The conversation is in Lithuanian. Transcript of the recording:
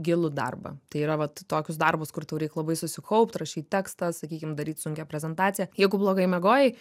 gilų darbą tai yra vat tokius darbus kur tau reik labai susikaupt rašyt tekstą sakykim daryt sunkią prezentaciją jeigu blogai miegojai